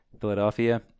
Philadelphia